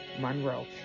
Monroe